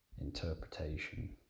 interpretation